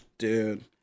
Dude